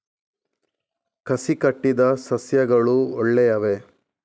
ಕಸಿ ಕಟ್ಟಿದ ಸಸ್ಯಗಳು ಒಳ್ಳೆಯವೇ?